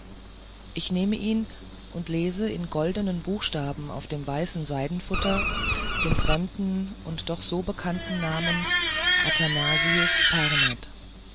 ich nehme ihn und lese in goldenen buchstaben auf dem weißen seidenfutter den fremden und doch so bekannten namen athanasius